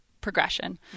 Progression